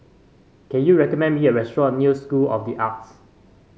can you recommend me a restaurant near School of the Arts